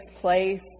place